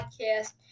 Podcast